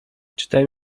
czytałem